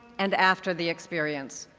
and after the experience.